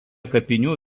kapinių